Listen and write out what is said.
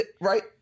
right